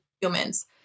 humans